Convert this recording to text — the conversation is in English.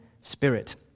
spirit